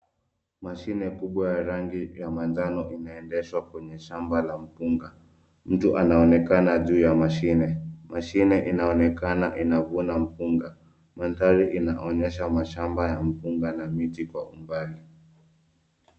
Mashine kubwa ya rangi ya manjano inaendeshwa kwenye shamba la mpunga. Mtu anaonekana juu ya mashine. Mashine inaonekana inavuna mpunga. Mandhari inaonyesha mashamba ya mpunga na miti kwa umbali.